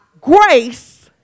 grace